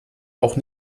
auch